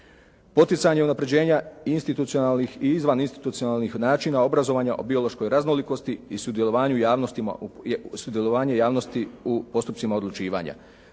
Poticanje unapređenja institucionalnih i izvaninstitucionalnih načina obrazovanja o biološkoj raznolikosti i sudjelovanje javnosti u postupcima odlučivanja.